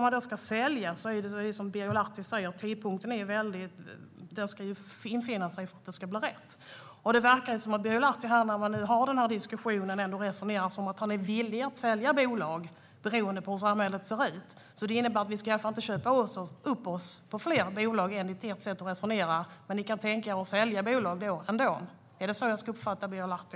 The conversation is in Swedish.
Man ska sälja vid rätt tidpunkt, precis som Birger Lahti säger. Av diskussionen att döma verkar Birger Lahti vara villig att sälja bolag, beroende på hur samhället ser ut. Innebär det att vi inte ska köpa upp fler bolag och att ni kan tänka er att sälja bolag? Är det så jag ska uppfatta Birger Lahti?